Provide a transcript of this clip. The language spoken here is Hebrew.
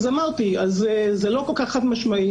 אמרתי שזה לא כל כך חד-משמעי,